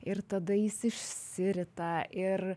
ir tada jis išsirita ir